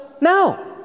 No